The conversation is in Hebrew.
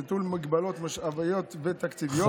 נטול מגבלות משאביות ותקציביות,